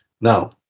Now